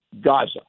Gaza